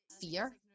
fear